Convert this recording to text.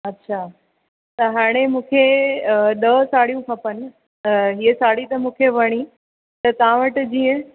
अच्छा त हाणे मूंखे अ ॾह साड़ियूं खपनि त हीअं साड़ी त मूंखे वणी त तव्हां वटि जीअं